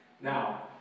Now